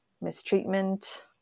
mistreatment